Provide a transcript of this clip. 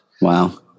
Wow